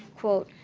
quote,